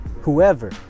whoever